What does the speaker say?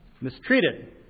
mistreated